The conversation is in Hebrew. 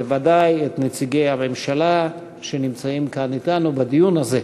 ובוודאי את נציגי הממשלה שנמצאים כאן אתנו בדיון הזה.